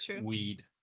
weed